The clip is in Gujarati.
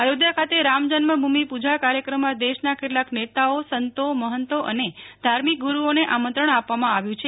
અયોધ્યા ખાતે રામ જન્મભૂમિ પુજા કાર્યક્રમમાં દેશના કેટલાક નેતાઓ સંતો મહંતો અને ધાર્મિક ગુરૂઓને આમંત્રણ આપવામાં આવ્યું છે